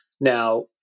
now